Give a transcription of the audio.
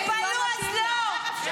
תתפלאו, אז לא.